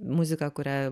muziką kurią